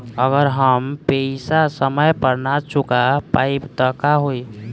अगर हम पेईसा समय पर ना चुका पाईब त का होई?